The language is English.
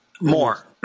More